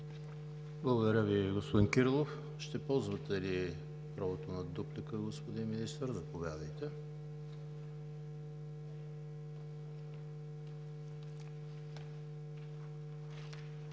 Благодаря Ви, господин Кирилов. Ще ползвате ли правото на дуплика? Господин Министър, заповядайте.